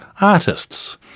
artists